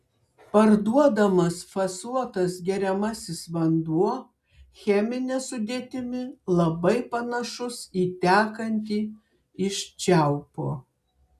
parduodamas fasuotas geriamasis vanduo chemine sudėtimi labai panašus į tekantį iš čiaupo